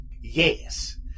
Yes